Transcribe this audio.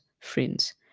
friends